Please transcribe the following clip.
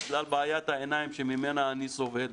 בגלל בעיית העיניים שממנה אני סובל,